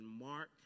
Mark